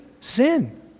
sin